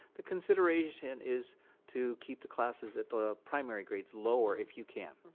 the consideration is to keep the classes at the primary grades lower if you can.